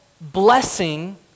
blessing